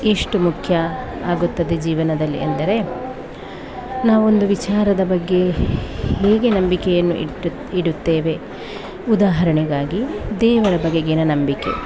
ಎಷ್ಟು ಮುಖ್ಯ ಆಗುತ್ತದೆ ಜೀವನದಲ್ಲಿ ಅಂದರೆ ನಾವೊಂದು ವಿಚಾರದ ಬಗ್ಗೆ ಹೇಗೆ ನಂಬಿಕೆಯನ್ನು ಇಟ್ಟು ಇಡುತ್ತೇವೆ ಉದಾಹರಣೆಗಾಗಿ ದೇವರ ಬಗೆಗಿನ ನಂಬಿಕೆ